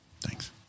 Thanks